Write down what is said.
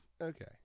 Okay